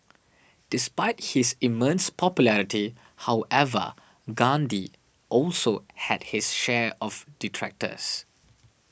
despite his immense popularity however Gandhi also had his share of detractors